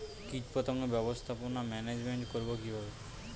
কীটপতঙ্গ ব্যবস্থাপনা ম্যানেজমেন্ট করব কিভাবে?